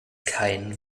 kein